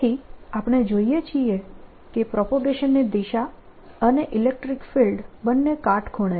તેથી આપણે જોઈએ છીએ કે પ્રોપગેશનની દિશા અને ઇલેક્ટ્રીક ફિલ્ડ બંને કાટખૂણે છે